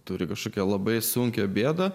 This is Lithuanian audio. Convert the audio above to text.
turi kažkokią labai sunkią bėdą